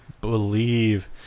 believe